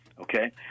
okay